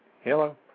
Hello